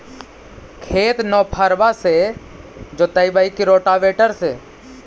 खेत नौफरबा से जोतइबै की रोटावेटर से?